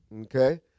Okay